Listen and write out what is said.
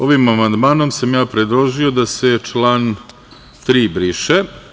Ovim amandmanom sam ja predložio da se član 3. briše.